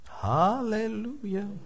Hallelujah